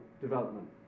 development